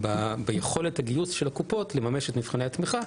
ביכולת הגיוס של הקופות לממש את מבחני התמיכה,